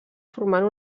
formant